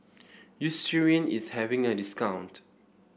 eucerin is having a discount